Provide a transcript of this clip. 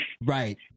right